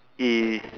is